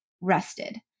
rested